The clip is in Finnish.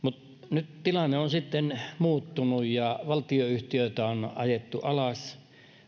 nyt tilanne on sitten muuttunut ja valtionyhtiöitä on ajettu alas